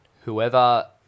whoever